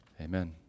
Amen